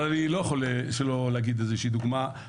אבל אני לא יכול שלא להגיד איזושהי דוגמה.